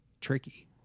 tricky